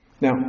Now